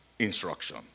instruction